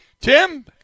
Tim